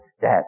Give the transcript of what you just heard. dead